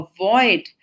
avoid